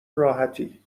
راحتی